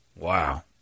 Wow